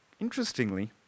Interestingly